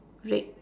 red